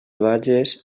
vages